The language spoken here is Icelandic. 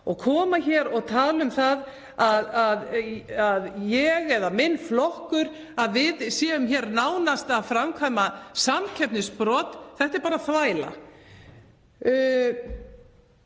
Að koma hér og tala um að ég og minn flokkur séum nánast að framkvæma samkeppnisbrot — þetta er bara þvæla.